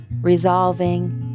resolving